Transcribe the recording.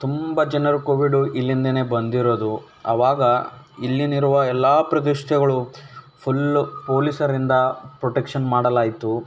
ತುಂಬ ಜನರು ಕೋವಿಡು ಇಲ್ಲಿಂದಲೇ ಬಂದಿರೋದು ಅವಾಗ ಇಲ್ಲಿರುವ ಎಲ್ಲ ಪ್ರದೇಶಗಳು ಫುಲ್ಲು ಪೊಲೀಸರಿಂದ ಪ್ರೊಟೆಕ್ಷನ್ ಮಾಡಲಾಯಿತು